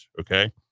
okay